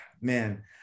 man